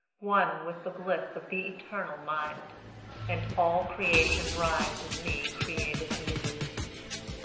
one with the bliss of the eternal mind and all creation rise in me created new.